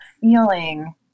feeling